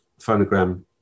Phonogram